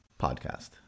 Podcast